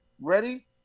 Ready